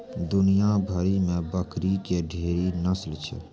दुनिया भरि मे बकरी के ढेरी नस्ल छै